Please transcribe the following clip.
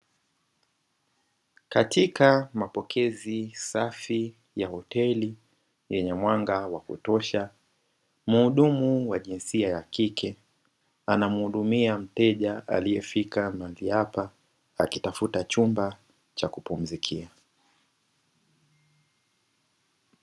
Katika mapokezi safi ya hoteli yenye mwanga wa kutosha, muhudumu wa jinsia ya kike anamuhudumia mteja aliyefika mahali hapa, akitafuta chumba cha kupumzikia.